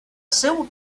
seu